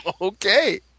okay